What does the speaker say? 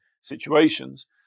situations